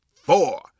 four